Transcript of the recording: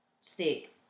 stick